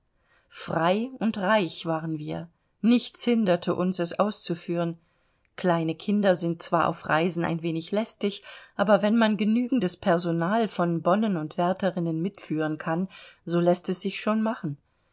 frei und reich waren wir nichts hinderte uns es auszuführen kleine kinder sind zwar auf reisen ein wenig lästig aber wenn man genügendes personal von bonnen und wärterinnen mitführen kann so läßt es sich schon machen